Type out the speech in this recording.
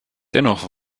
dennoch